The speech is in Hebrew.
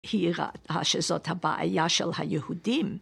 היא ראתה שזאת הבעיה של היהודים.